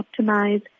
optimize